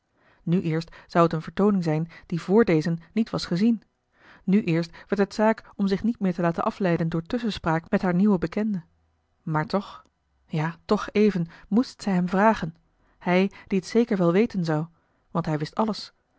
nu eerst zou het eene vertooning zijn die vr dezen niet a l g bosboom-toussaint de delftsche wonderdokter eel was gezien nu eerst werd het zaak om zich niet meer te laten afleiden door tusschenspraak niet haar nieuwen bekende maar toch ja toch even moest zij hem vragen hij die t zeker wel weten zou want hij wist alles